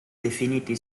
definiti